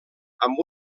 amb